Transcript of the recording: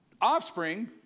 offspring